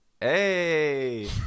Hey